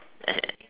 as act